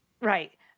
right